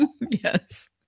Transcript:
Yes